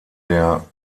der